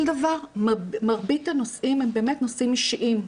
דבר מרבית הנושאים הם באמת נושאים אישיים.